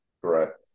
Correct